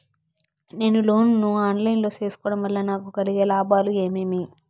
నేను లోను ను online లో సేసుకోవడం వల్ల నాకు కలిగే లాభాలు ఏమేమీ?